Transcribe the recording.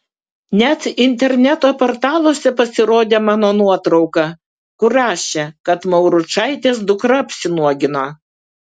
net interneto portaluose pasirodė mano nuotrauka kur rašė kad mauručaitės dukra apsinuogino